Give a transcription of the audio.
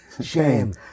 Shame